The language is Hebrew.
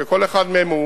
שכל אחד מהם הוא